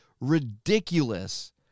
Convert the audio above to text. ridiculous